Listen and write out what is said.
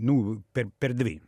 nu per per dvi